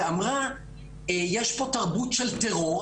ואמרה - יש פה תרבות של טרור,